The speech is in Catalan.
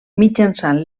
mitjançant